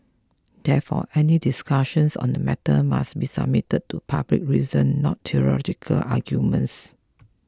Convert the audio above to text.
therefore any discussions on the matter must be submitted to public reason not theological arguments